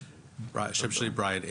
השם שלי בריאן אייג'ס,